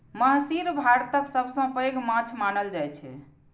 महसीर भारतक सबसं पैघ माछ मानल जाइ छै